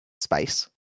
space